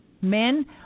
Men